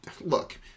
look